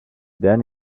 then